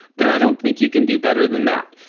then i don't think you can do better than that.